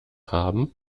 haben